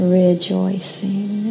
rejoicing